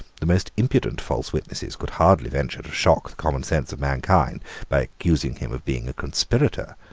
the most impudent false witnesses could hardly venture to shock the common sense of mankind by accusing him of being a conspirator.